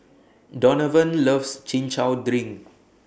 Donavan loves Chin Chow Drink